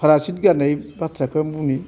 फ्रायसित गारनाय बाथ्राखौ बुंनि